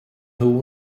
nhw